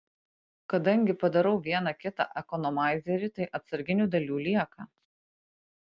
kadangi padarau vieną kitą ekonomaizerį tai atsarginių dalių lieka